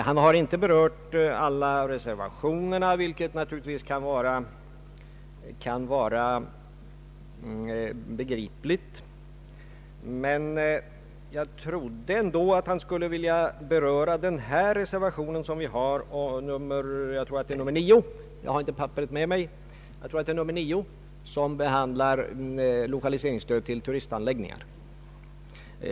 Han har inte berört alla reservationer, vilket kan vara begripligt, men jag trodde i alla fall att han skulle vilja beröra reservation 9 som behandlar lokaliseringsstödet till turistanläggningar.